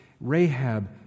Rahab